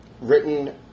written